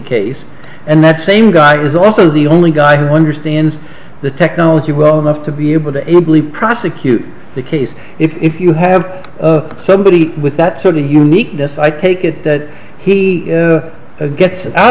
case and that same guy who is also the only guy who understand the technology well enough to be able to italy prosecute the case if you have somebody with that thirty uniqueness i take it that he gets out